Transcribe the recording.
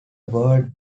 world